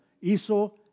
hizo